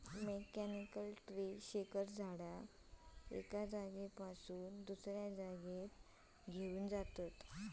mechanical tree shaker झाडाक एका जागेपासना दुसऱ्या जागेवर घेऊन जातत